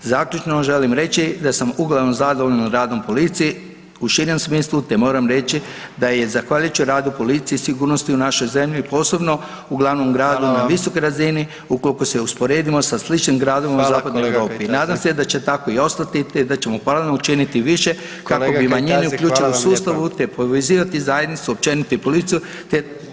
Zaključno želim reći da sam uglavnom zadovoljan radom policije u širem smislu, te moram reći da je zahvaljujući radu policije i sigurnosti u našoj zemlji, posebno u glavnom gradu, [[Upadica: Hvala vam]] na visokoj razini ukoliko se usporedimo sa sličnim gradovima u zapadnoj Europi [[Upadica: Hvala kolega Kajtazi]] Nadam se da će tako i ostati, te da ćemo paralelno učiniti više [[Upadica: Kolega Kajtazi, hvala vam lijepa]] kako bi manjine uključile u sustav, te povezivati zajednicu općenito i policiju, te…